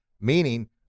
meaning